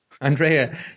Andrea